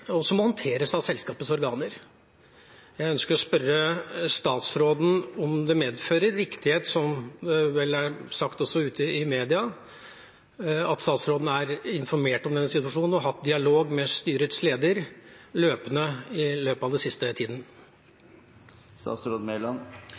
og som må håndteres av selskapets organer. Jeg ønsker å spørre statsråden om det medfører riktighet, det som er sagt i media, at statsråden er informert om den situasjonen og har hatt en løpende dialog med styrets leder i løpet av den siste